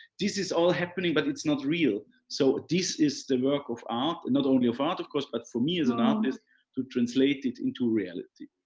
this is all happening, but it's not real. so this is the work of art, and not only of art of course, but for me as an um artist to translate it into reality.